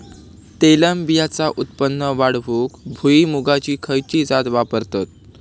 तेलबियांचा उत्पन्न वाढवूक भुईमूगाची खयची जात वापरतत?